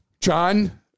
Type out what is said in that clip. john